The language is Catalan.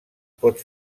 pot